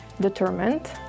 determined